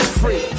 free